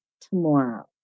tomorrow